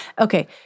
Okay